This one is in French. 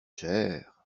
cher